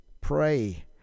pray